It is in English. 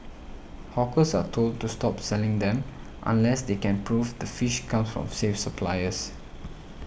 hawkers are told to stop selling them unless they can prove the fish comes from safe suppliers